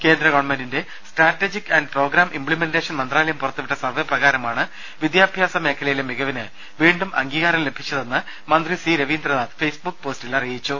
കേന്ദ്രഗ വൺമെന്റിന്റെ strategic and programme implementation മന്ത്രാലയം പുറത്തു വിട്ട സർവെ പ്രകാരമാണ് വിദ്യാഭ്യാസ മേഖലയിലെ മികവിന് വീണ്ടും അംഗീകാരം ലഭിച്ചതെന്ന് മന്ത്രി സി രവീന്ദ്രനാഥ് ഫേസ്ബുക്ക് പോസ്റ്റിൽ അറിയിച്ചു